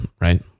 right